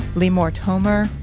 lee mortomer,